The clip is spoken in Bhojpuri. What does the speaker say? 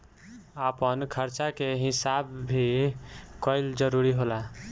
आपन खर्चा के हिसाब भी कईल जरूरी होला